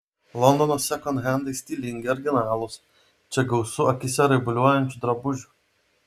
londono sekonhendai stilingi originalūs čia gausu akyse raibuliuojančių drabužių